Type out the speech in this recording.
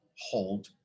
hold